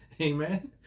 Amen